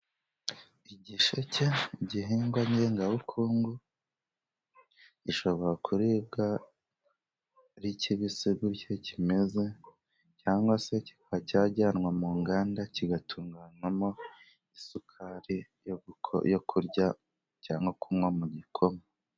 Igisheke ni igihingwa ngengabukungu , gishobora kuribwa ari kibisi gutyo kimeze , cyangwa se kikaba cyajyanwa mu nganda kigatunganywamo isukari yo kurya cyangwa yo kunywa mu gikoma.